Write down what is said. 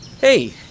Hey